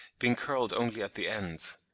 being curled only at the ends.